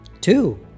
Two